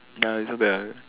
nah it's so bad ah